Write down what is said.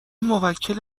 موکل